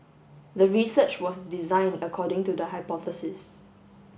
the research was designed according to the hypothesis